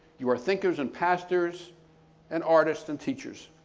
you are thinkers and pastors and artists and teachers.